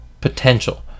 potential